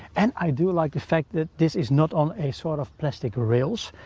and i do like the fact that this is not on a sort of plastic ah rails,